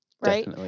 right